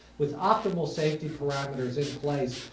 with optimal safety parameters in place,